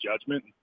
judgment